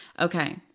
Okay